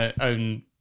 own